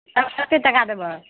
कतेक टका देबो